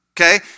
Okay